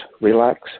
relax